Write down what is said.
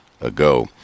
ago